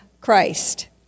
Christ